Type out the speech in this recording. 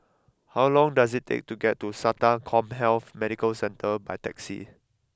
how long does it take to get to Sata CommHealth Medical Centre by taxi